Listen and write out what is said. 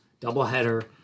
doubleheader